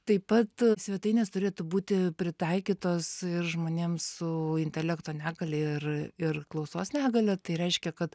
taip pat svetainės turėtų būti pritaikytos ir žmonėm su intelekto negalia ir ir klausos negalia tai reiškia kad